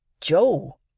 Joe